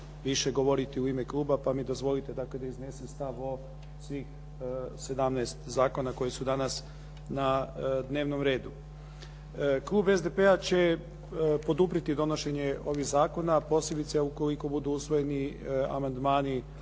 više govoriti u ime kluba pa mi dozvolite da iznesem stav o svih 17 zakona koji su danas na dnevnom redu. Klub SDP-a će poduprijeti donošenje ovih zakona a posebice ukoliko budu usvojeni amandmani